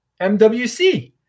MWC